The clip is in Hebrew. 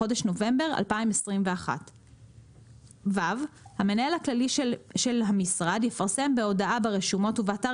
בחודש נובמבר 2021. המנהל הכללי של המשרד יפרסם בהודעה ברשומות ובאתר